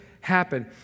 happen